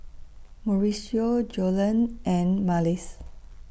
Mauricio Joellen and Marlys